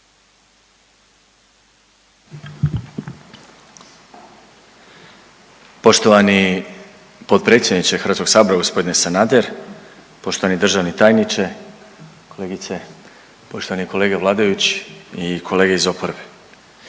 Poštovani potpredsjedniče Hrvatskog sabora, gospodine Sanader, poštovani državni tajniče, kolegice, poštovani kolege vladajući i kolege iz oporbe.